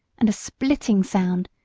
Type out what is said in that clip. and a splitting sound,